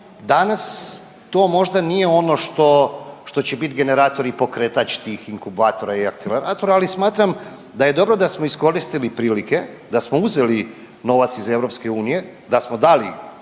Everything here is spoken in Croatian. danas to možda nije ono što, što će bit generator i pokretač tih inkubatora i akceleratora, ali smatram da je dobro da smo iskoristili prilike da smo uzeli novac iz EU, da smo dali